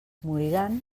moriran